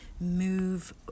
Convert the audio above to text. move